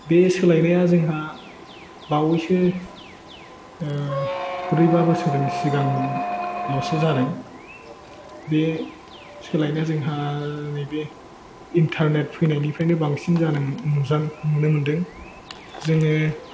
बे सोलायनाया जोंहा बावैसो ब्रै बा बोसोर सिगाङावसो जादों बे सोलायनाया जोंहा नैबे इन्थारनेट फैनायनिफ्रायनो बांसिन जालांनाय नुनो मोन्दों जोङो